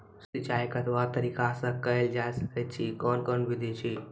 सिंचाई कतवा तरीका सअ के जेल सकैत छी, कून कून विधि ऐछि?